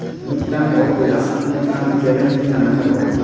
ᱢᱤᱫᱴᱟᱝ ᱚᱞ ᱨᱮᱭᱟᱜ ᱢᱤᱫᱴᱟᱝ ᱪᱮᱞᱮᱧᱡᱤᱝ ᱱᱟᱠᱷᱟ ᱫᱚ